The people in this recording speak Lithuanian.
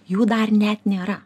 jų dar net nėra